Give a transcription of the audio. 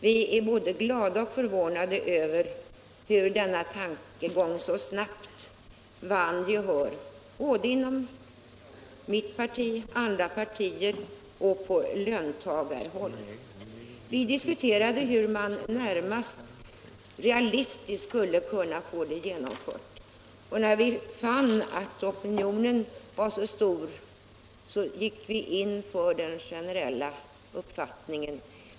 Vi är både glada och förvånade över att denna tankegång så snabbt vann gehör både inom mitt parti och andra partier samt på löntagarhåll. Vi diskuterade närm”st hur man realistiskt skulle kunna få det kravet genomfört. När vi fann att opinionen var så stor gick vi in för den generella uppfattningen.